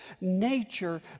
nature